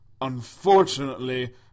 unfortunately